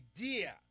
idea